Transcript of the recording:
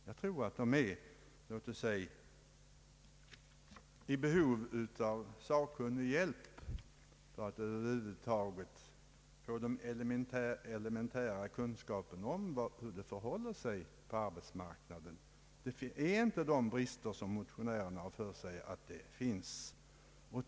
Jag tror att de är i behov av sakkunnig hjälp för att få den elementära kunskapen om hur det för håller sig på arbetsmarknaden. De brister som motionärerna har talat om föreligger inte.